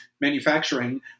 manufacturing